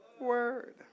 word